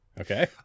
okay